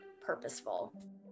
purposeful